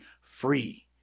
free